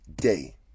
day